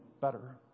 better